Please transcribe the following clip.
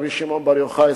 רבי שמעון בר יוחאי,